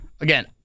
Again